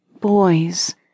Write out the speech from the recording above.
boys